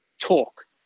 talk